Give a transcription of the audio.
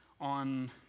on